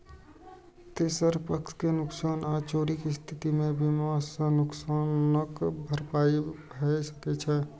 तेसर पक्ष के नुकसान आ चोरीक स्थिति मे बीमा सं नुकसानक भरपाई भए सकै छै